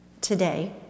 today